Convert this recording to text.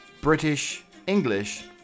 British-English